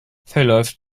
verläuft